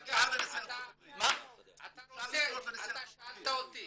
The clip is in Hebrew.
רגע, אתה שאלת אותי